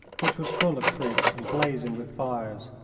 which was full of troops and blazing with fires.